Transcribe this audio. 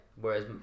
whereas